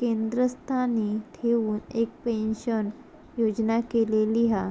केंद्रस्थानी ठेऊन एक पेंशन योजना केलेली हा